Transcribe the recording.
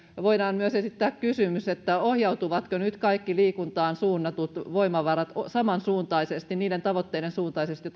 voidaan myös esittää kysymys ohjautuvatko nyt kaikki liikuntaan suunnatut voimavarat samansuuntaisesti niiden tavoitteiden suuntaisesti